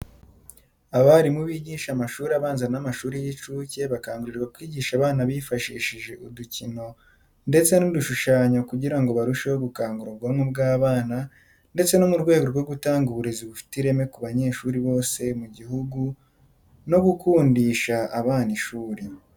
Abarimu bigisha amashuri abanza n'amashuri y'incuke bakangurirwa kwigisha abana bifashishije udukino ndetse n'udushushanyo kugira ngo barusheho gukangura ubwonko bw'abana ndetse no mu rwego rwo gutanga uburezi bufite ireme ku banyeshuri bose mu gihugu no gukundisha abana ishuri.